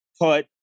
put